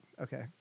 Okay